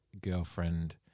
girlfriend